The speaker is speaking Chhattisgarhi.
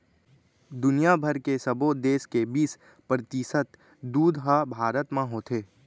दुनिया भर के सबो देस के बीस परतिसत दूद ह भारत म होथे